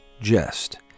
Jest